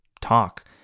Talk